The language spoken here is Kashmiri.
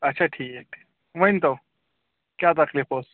اچھا ٹھیٖک ٹھیٖک ؤنۍ تو کیٛاہ تکلیٖف اوس